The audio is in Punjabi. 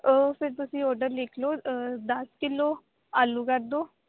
ਫਿਰ ਤੁਸੀਂ ਔਡਰ ਲਿਖ ਲਓ ਦਸ ਕਿੱਲੋ ਆਲੂ ਕਰ ਦਿਓ